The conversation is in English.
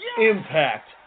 Impact